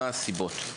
מה הסיבות?